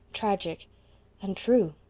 tragic and true!